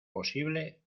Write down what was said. posible